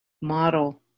model